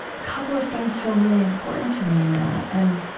a couple of things feel really important to me in that. and